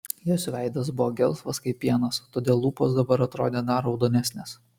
jos veidas buvo gelsvas kaip pienas todėl lūpos dabar atrodė dar raudonesnės